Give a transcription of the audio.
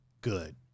good